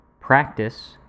practice